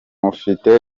mufite